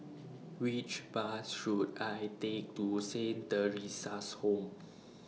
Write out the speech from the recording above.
Which Bus should I Take to Saint Theresa's Home